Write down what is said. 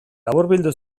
laburbildu